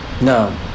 No